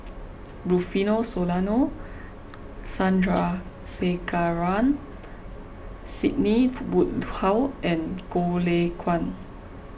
Rufino Soliano Sandrasegaran Sidney Woodhull and Goh Lay Kuan